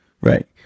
right